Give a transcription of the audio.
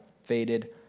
Faded